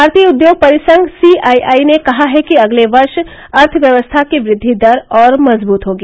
भारतीय उद्योग परिसंघ सीआईआई ने कहा है कि अगले वर्ष अर्थव्यवस्था की वृद्धि दर और मजबूत रहेगी